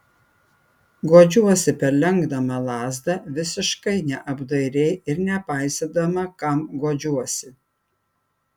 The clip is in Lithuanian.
guodžiuosi perlenkdama lazdą visiškai neapdairiai ir nepaisydama kam guodžiuosi